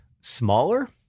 smaller